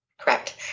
Correct